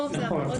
רגע,